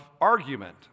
argument